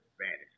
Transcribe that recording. vanished